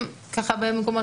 איפה הוא צריך את הגזר,